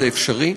זה אפשרי.